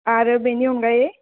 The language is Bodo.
आरो बेनि अनगायै